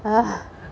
ah